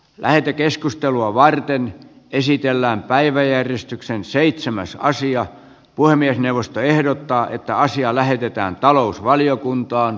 lähetekeskustelua varten esitellään päiväjärjestyksen seitsemän naisia puhemiesneuvosto ehdottaa että asia lähetetään talousvaliokuntaan